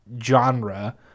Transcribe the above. genre